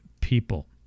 people